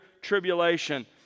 tribulation